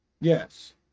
Yes